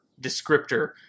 descriptor